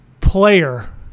Player